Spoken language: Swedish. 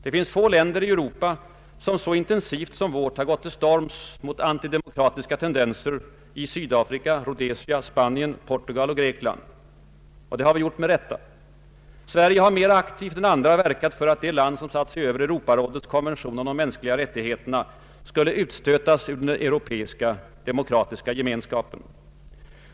Det finns få länder i Europa som så intensivt som vårt gått till storms mot antidemokratiska tendenser i Sydafrika, Rhodesia, Spanien, Portugal och Grekland — och det har vi gjort med rätta. Sverige har mera aktivt än andra verkat för att det land som satt sig över Europarådets konvention om de mänskliga rättigheterna skulle utstötas ur den europeiska gemenskapen.